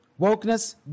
wokeness